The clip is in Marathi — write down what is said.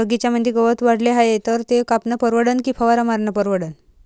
बगीच्यामंदी गवत वाढले हाये तर ते कापनं परवडन की फवारा मारनं परवडन?